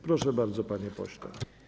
Proszę bardzo, panie pośle.